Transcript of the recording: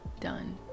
done